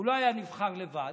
הוא לא היה נבחר לבד,